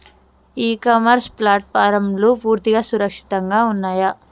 ఇ commerce ప్లాట్ఫారమ్లు పూర్తిగా సురక్షితంగా ఉన్నయా?